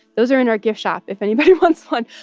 those are in our gift shop if anybody wants one.